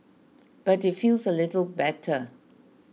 but it feels a little better